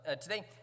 Today